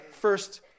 first